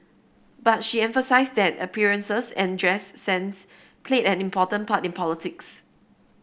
but she emphasised that appearances and dress sense played an important part in politics